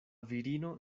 virino